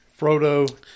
Frodo